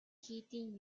хийдийн